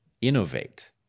innovate